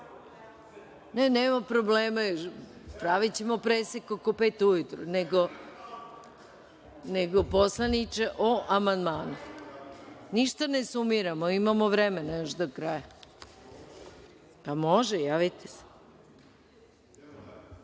nema problema, pravićemo presek oko pet ujutru. Nego, poslaniče, o amandmanu. Ništa ne sumiramo. Imamo vremena još do kraja. Može, javljajte se.